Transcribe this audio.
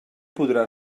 podrà